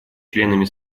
членами